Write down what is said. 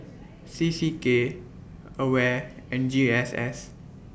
C C K AWARE and G S S